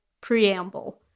preamble